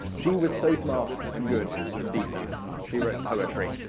she was so smart and good and decent. she wrote poetry,